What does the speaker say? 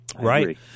Right